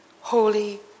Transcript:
Holy